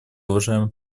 уважаемый